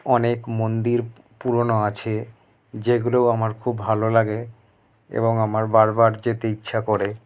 অনেক মন্দির পুরোনো আছে যেগুলোও আমার খুব ভালো লাগে এবং আমার বারবার যেতে ইচ্ছা করে